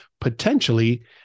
potentially